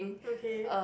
okay